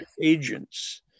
agents